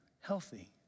healthy